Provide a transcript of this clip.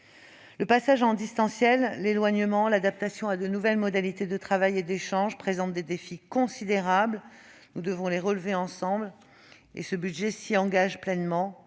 Le passage en distanciel, l'éloignement ainsi que l'adaptation à de nouvelles modalités de travail et d'échange représentent des défis considérables. Nous devons les relever ensemble, et nous nous y engageons pleinement